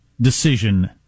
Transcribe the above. decision